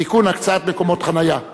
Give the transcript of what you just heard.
הקצאת מקומות חנייה.